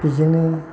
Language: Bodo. बेजोंनो